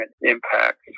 impact